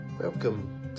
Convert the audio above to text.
Welcome